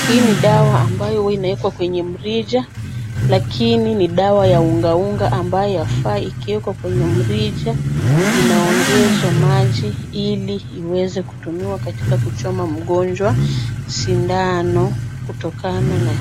Hii ni dawa ambayo huwa inawekwa kwenye mrija lakini ni dawa ya unga unga ambayo yafaa ikiwekwa kwenye mrija inaongezwa maji ili iweze kutumiwa katika kuchoma mgonjwa sindano kutokana na